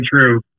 true